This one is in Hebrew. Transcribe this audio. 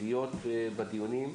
הדיונים,